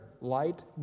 light